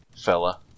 fella